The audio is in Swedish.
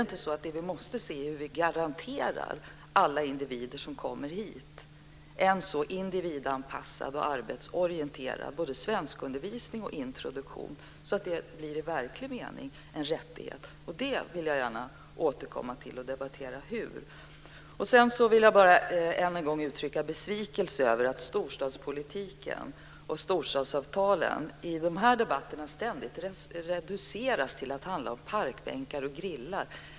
Måste vi inte se till att vi garanterar alla individer som kommer hit en så individanpassad och arbetsorienterad svenskundervisning och introduktion som möjligt, så att det i verklig mening blir en rättighet? Det vill jag gärna återkomma till för att debattera hur det ska göras. Jag vill än en gång uttrycka besvikelse över att storstadspolitiken och storstadsavtalen i debatterna ständigt reduceras till att handla om parkbänkar och grillar.